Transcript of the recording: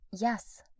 Yes